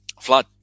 flood